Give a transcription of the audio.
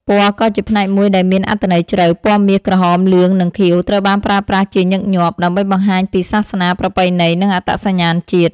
ពណ៌ក៏ជាផ្នែកមួយដែលមានអត្ថន័យជ្រៅ ពណ៌មាស ក្រហម លឿង និងខៀវ ត្រូវបានប្រើប្រាស់ជាញឹកញាប់ ដើម្បីបង្ហាញពីសាសនា ប្រពៃណី និងអត្តសញ្ញាណជាតិ។